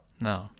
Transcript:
No